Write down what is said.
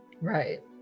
Right